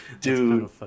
Dude